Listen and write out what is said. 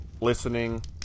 listening